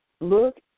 Look